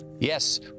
yes